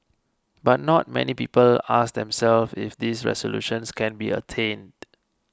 but not many people ask themselves if these resolutions can be attained